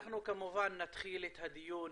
אנחנו נתחיל את הדיון